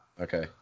Okay